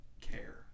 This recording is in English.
care